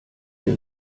ihr